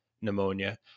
pneumonia